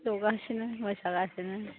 जगासिनो मोसागासिनो